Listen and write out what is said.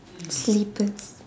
slippers